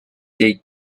they